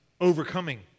overcoming